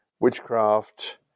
witchcraft